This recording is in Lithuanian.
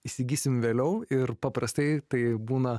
įsigysim vėliau ir paprastai tai būna